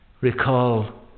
recall